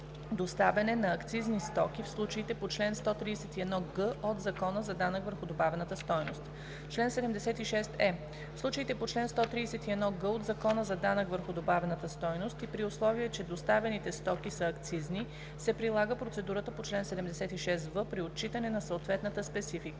Доставяне на акцизни стоки в случаите по чл. 131г от Закона за данък върху добавената стойност Чл. 76е. В случаите по чл. 131г от Закона за данък върху добавената стойност и при условие че доставяните стоки са акцизни, се прилага процедурата по чл. 76в при отчитане на съответната специфика.“